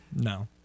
No